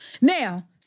Now